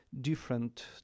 different